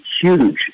huge